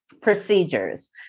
procedures